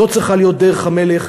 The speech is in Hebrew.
זו צריכה להיות דרך המלך,